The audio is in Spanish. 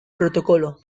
protocolo